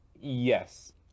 Yes